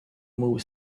movies